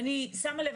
ואני שמה לב,